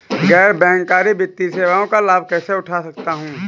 गैर बैंककारी वित्तीय सेवाओं का लाभ कैसे उठा सकता हूँ?